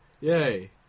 Yay